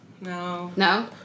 no